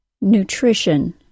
Nutrition